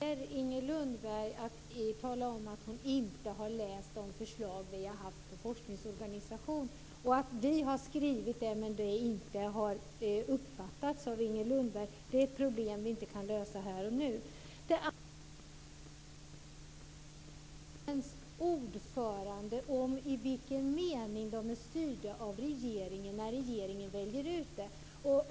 Fru talman! På något sätt väljer Inger Lundberg att tala om att hon inte har läst de förslag vi har haft på forskningsorganisation. Vi har skrivit det, men det har inte uppfattats av Inger Lundberg - och det är ett problem som vi inte kan lösa här och nu. Det andra gäller forskningsrådens ordförande och i vilken mening de är styrda av regeringen när regeringen väljer ut dem.